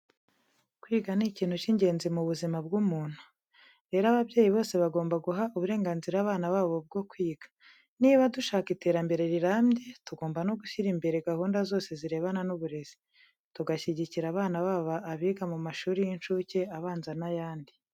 Kwiga ni ikintu cy'ingenzi mu buzima bw'umuntu. Rero ababyeyi bose bagomba guha uburenganzira abana babo bwo kwiga. Niba dushaka iterambere rirambye tugomba no gushyira imbere gahunda zose zirebana n'uburezi. Tugashyigikira abana baba abiga mu mashuri y'incuke, abanza n'ayandi.